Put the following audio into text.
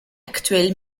actuelles